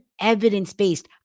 evidence-based